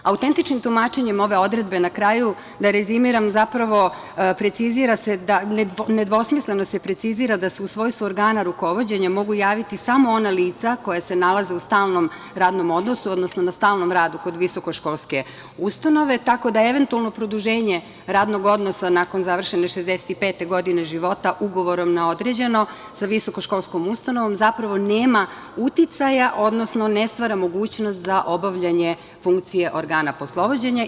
Autentičnim tumačenjem ove odredbe, na kraju da rezimiram, zapravo nedvosmisleno se precizira da se u svojstvu organa rukovođenja mogu javiti samo ona lica koja se nalaze u stalnom radnom odnosu, odnosno na stalnom radu kod visokoškolske ustanove, tako da eventualno produženje radnog odnosa nakon završene 65 godine života ugovorom na određeno sa visokoškolskom ustanovom zapravo nema uticaja, odnosno ne stvara mogućnost za obavljanje funkcije organa poslovođenja.